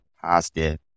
positive